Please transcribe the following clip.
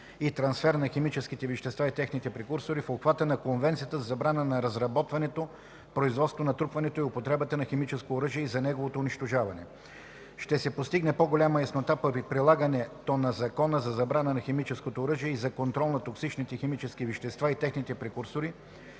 и трансфер на химическите вещества и техните прекурсори в обхвата на Конвенцията за забрана на разработването, производството, натрупването и употребата на химическо оръжие и за неговото унищожаване. Ще се постигне по-голяма яснота при прилагането на Закона за забрана на химическото оръжие и за контрол на токсичните химически вещества и техните прекурсори